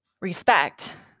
respect